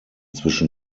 zwischen